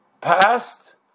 past